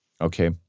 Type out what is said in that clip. Okay